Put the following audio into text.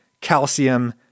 calcium